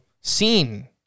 seen